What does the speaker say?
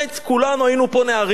כולנו היינו פה נערים,